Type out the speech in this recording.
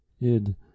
id